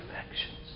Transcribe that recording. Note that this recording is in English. perfections